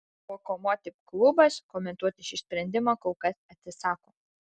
lokomotiv klubas komentuoti šį sprendimą kol kas atsisako